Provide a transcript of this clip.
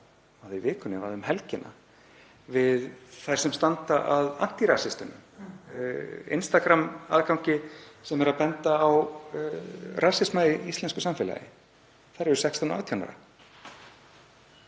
í vikunni eða um helgina við þær sem standa að Antirasistunum, instagram-aðgangi sem er að benda á rasisma í íslensku samfélagi; þær eru 16 og